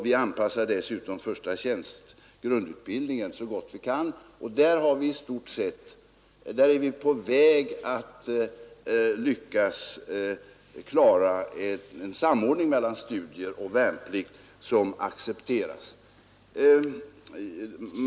Vi anpassar dessutom grundutbildningen så gott vi kan, och där är vi på väg att lyckas klara en samordning mellan studier och värnplikt som accepteras.